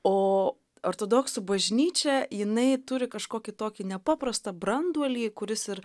o ortodoksų bažnyčia jinai turi kažkokį tokį nepaprastą branduolį kuris ir